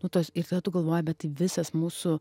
nu tos ir tada tu galvoji bet tai visas mūsų